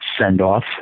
send-off